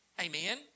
Amen